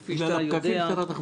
כפי שאתה יודע,